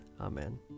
Amen